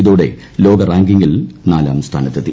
ഇതോടെ ലോക റാങ്കിങ്ങിൽ നാലാം സ്ഥാനത്തെത്തി